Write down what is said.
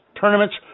tournaments